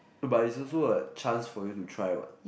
but it's also a chance for you to try what